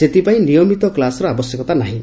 ସେଥିପାଇଁ ନିୟମିତ କ୍ଲାସ୍ର ଆବଶ୍ୟକତା ନାହିଁ